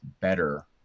better